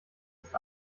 ist